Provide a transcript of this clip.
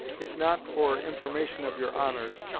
if not for information of your honours,